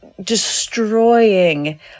destroying